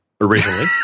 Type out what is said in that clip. Originally